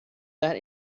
that